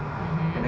mmhmm